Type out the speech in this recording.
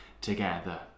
together